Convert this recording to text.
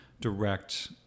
direct